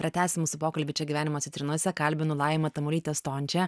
pratęsim mūsų pokalbį čia gyvenimo citrinose kalbinu laimą tamulytę stončę